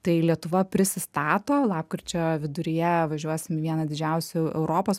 tai lietuva prisistato lapkričio viduryje važiuosim į vieną didžiausių europos